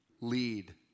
lead